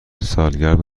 سالگرد